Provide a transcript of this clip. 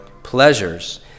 pleasures